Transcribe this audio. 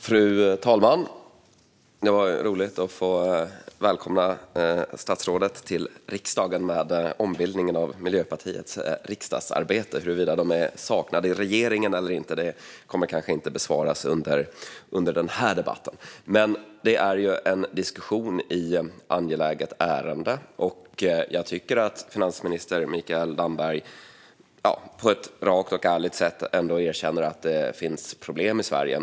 Fru talman! Det var roligt att få välkomna statsrådet till riksdagen med ombildningen av Miljöpartiets riksdagsarbete. Huruvida partiet är saknat i regeringen eller inte kommer kanske inte att besvaras under den här debatten. Detta är en diskussion om ett angeläget ärende, och jag tycker ändå att finansminister Mikael Damberg på ett rakt och ärligt sätt erkänner att det finns problem i Sverige.